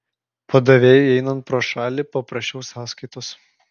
padavėjui einant pro šalį paprašau sąskaitos